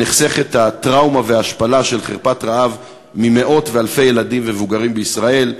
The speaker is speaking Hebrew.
נחסכות הטראומה וההשפלה של חרפת רעב ממאות ואלפי ילדים ומבוגרים בישראל.